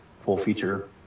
full-feature